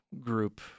group